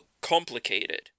complicated